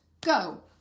go